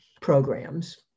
programs